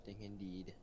Indeed